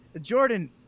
Jordan